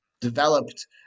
developed